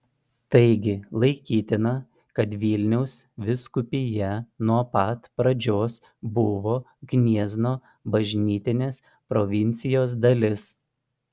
taigi laikytina kad vilniaus vyskupija nuo pat pradžios buvo gniezno bažnytinės provincijos dalis